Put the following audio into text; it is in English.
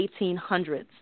1800s